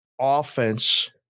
offense